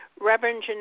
Reverend